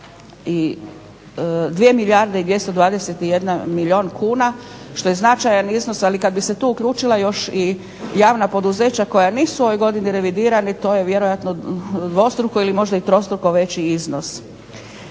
2 milijarde i 221 milijun kuna što je značajan iznos. Ali kad bi se tu uključila još i javna poduzeća koja nisu ove godine revidirani to je vjerojatno dvostruko ili možda i trostruko veći iznos.